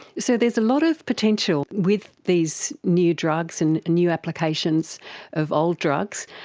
so there's a lot of potential with these new drugs and new applications of old drugs.